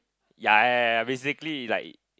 ya ya ya ya basically like